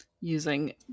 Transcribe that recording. using